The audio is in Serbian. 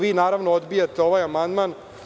Vi, naravno, odbijate ovaj amandman.